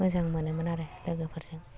मोजां मोनोमोन आरो लोगोफोरजों